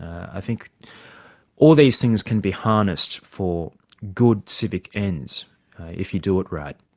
i think all these things can be harnessed for good civic ends if you do it right.